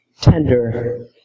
tender